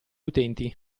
utenti